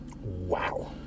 Wow